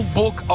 book